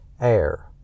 air